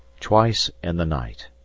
twice in the night,